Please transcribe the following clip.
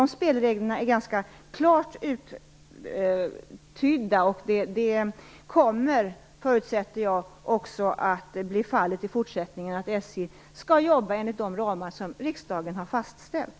Dessa spelregler är ganska klart uttydda. Jag förutsätter att SJ även i fortsättningen skall jobba enligt de ramar som riksdagen har fastställt.